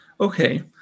Okay